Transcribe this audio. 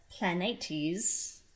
planetes